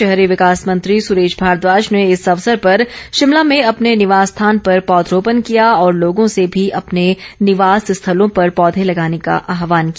शहरी विकास मंत्री सुरेश भारद्वाज ने इस अवसर पर शिमला में अपने निवास स्थान पर पौधरोपण किया और लोगों से भी अपने निवास स्थलों पर पौधे लगाने का आहवान किया